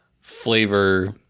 flavor